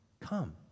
come